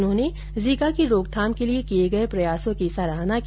उन्होंने जीका की रोकथाम के लिए किए गए प्रयासों की सराहना की